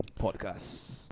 Podcast